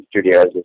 Studios